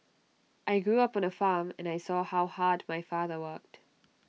I grew up on A farm and I saw how hard my father worked